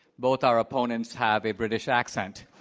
both our opponents have a british accent.